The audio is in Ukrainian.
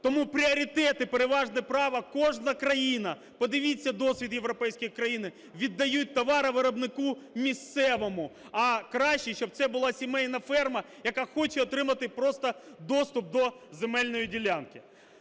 Тому пріоритет і переважне право кожна країна, подивіться досвід європейських країн, віддає товаровиробнику місцевому, а краще, щоб це була сімейна ферма, яка хоче отримати просто доступ до земельної ділянки.